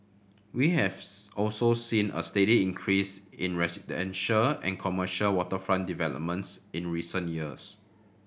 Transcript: we have also seen a steady increase in residential and commercial waterfront developments in recent years